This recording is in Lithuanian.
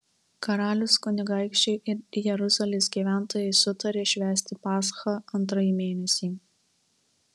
karalius kunigaikščiai ir jeruzalės gyventojai sutarė švęsti paschą antrąjį mėnesį